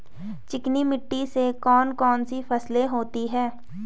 चिकनी मिट्टी में कौन कौन सी फसलें होती हैं?